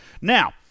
Now